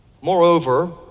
Moreover